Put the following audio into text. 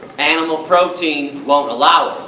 animal protein won't allow it.